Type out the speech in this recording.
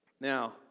Now